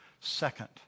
second